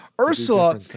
Ursula